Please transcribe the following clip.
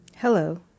Hello